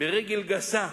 דריסה ברגל גסה.